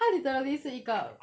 他 literally 是一个